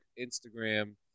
Instagram